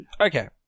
Okay